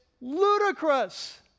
ludicrous